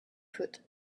foot